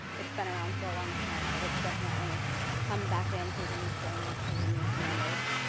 it's been around for a long time, but it's definitely come back in through the new frameworks and the new standards.